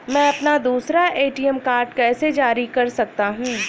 मैं अपना दूसरा ए.टी.एम कार्ड कैसे जारी कर सकता हूँ?